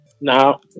Now